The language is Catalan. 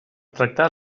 tractar